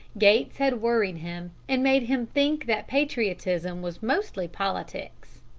gates had worried him, and made him think that patriotism was mostly politics.